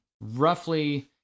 Roughly